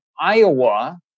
Iowa